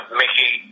mickey